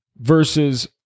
Versus